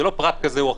זה לא פרט כזה או אחר,